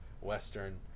Western